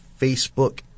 Facebook